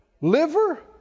Liver